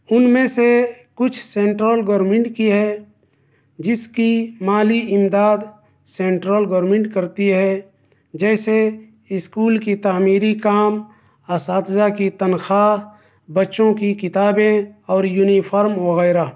ان میں سے کچھ سینٹرل گورمنٹ کی ہے جس کی مالی امداد سینٹرل گورمنٹ کرتی ہے جیسے اسکول کی تعمیری کام اساتذہ کی تنخواۃ بچّوں کی کتابیں اور یونیفارم وغیرہ